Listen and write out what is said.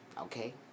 okay